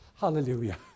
Hallelujah